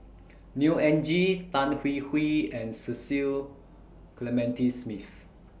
Neo Anngee Tan Hwee Hwee and Cecil Clementi Smith